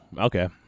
Okay